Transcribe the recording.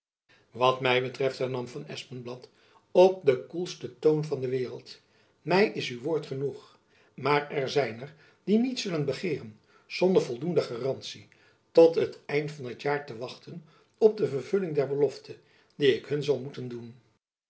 wat my betreft hernam van espenblad op den koelsten toon van de waereld my is uw woord genoeg maar er zijn er die niet zullen begeeren zonder voldoende garantie tot het eind van t jaar te wachten op de vervulling der belofte die ik hun zal moeten doen